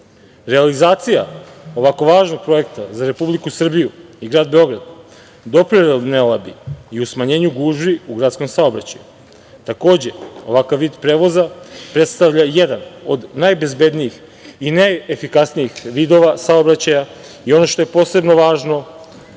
Beogradu. Realizacija ovako važnog projekta za Republiku Srbiju i grad Beograd doprinela bi i smanjenju gužvi u gradskom saobraćaju. Takođe, ovakav vid prevoza predstavlja jedan od najbezbenijih i najefikasnijih vidova saobraćaja i, ono što je posebno važno,